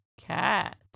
cat